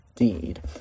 indeed